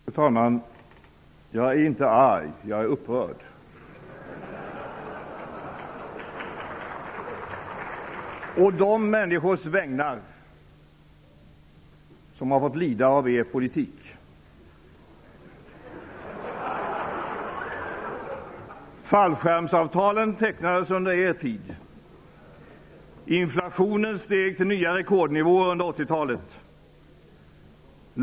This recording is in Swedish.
Fru talman! Jag är inte arg, jag är upprörd å de människors vägnar som har fått lida av er politik. Fallskärmsavtalen tecknades under er tid. Inflationen steg till nya rekordnivåer under 80 talet.